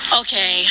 okay